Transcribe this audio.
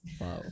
Wow